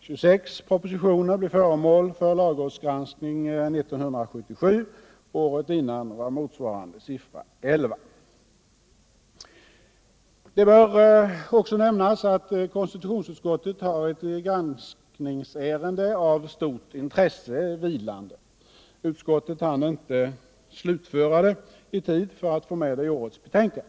26 propositioner blev föremål för lagrådsgranskning 1977. Året innan var motsvarande siffra 11. Det bör nämnas att konstitutionsutskottet har ett granskningsärende av stort intresse vilande. Utskottet hann inte slutföra det i tid för att få med det i årets betänkande.